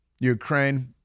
Ukraine